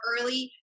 early